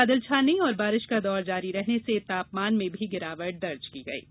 बादल छाने और बारिश का दौर जारी रहने से तापमान में भी गिरावट दर्ज की गई है